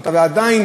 אבל עדיין